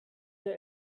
der